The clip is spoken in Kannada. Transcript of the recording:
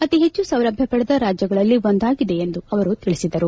ಅತೀ ಹೆಚ್ಚು ಸೌಲಭ್ಯ ಪಡೆದ ರಾಜ್ಯಗಳಲ್ಲಿ ಒಂದಾಗಿದೆ ಎಂದು ಅವರು ತಿಳಿಸಿದರು